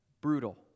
brutal